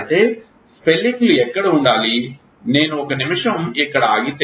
అయితే స్పెల్లింగ్లు ఎక్కడ ఉండాలి నేను ఒక నిమిషం ఇక్కడ ఆగితే